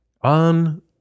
on